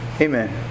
Amen